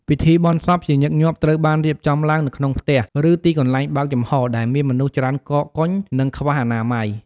ពិធីបុណ្យសពជាញឹកញាប់ត្រូវបានរៀបចំឡើងនៅក្នុងផ្ទះ ឬទីកន្លែងបើកចំហរ ដែលមានមនុស្សច្រើនកកកុញ និងខ្វះអនាម័យ។